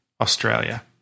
Australia